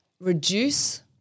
reduce